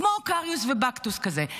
כמו קריוס ובקטוס כזה,